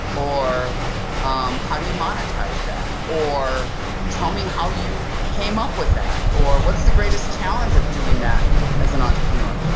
or um how do you monetize that? or tell me how you came up with that? or what's the greatest challenge of doing that as an entrepreneur?